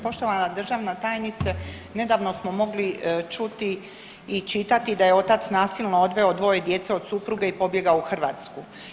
Poštovana državna tajnice, nedavno smo mogli čuti i čitati da je otac nasilno odveo dvoje djece od supruge i pobjegao u Hrvatsku.